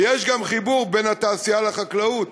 ויש גם חיבור בין התעשייה לחקלאות,